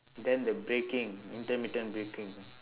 then the braking intermittent braking